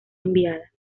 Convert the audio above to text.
enviada